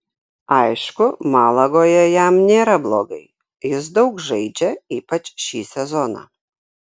aišku malagoje jam nėra blogai jis daug žaidžia ypač šį sezoną